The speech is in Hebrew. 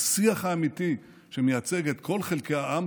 השיח האמיתי שמייצג את כל חלקי העם,